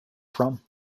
from